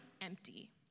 empty